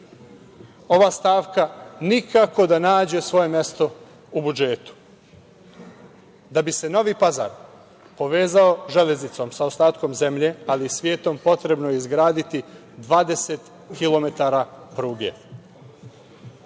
ova stavka nikako da nađe svoje mesto u budžetu. Da bi se Novi Pazar povezao železnicom sa ostatkom zemlje, ali i svetom, potrebno je izgraditi 20 kilometara